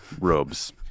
Robes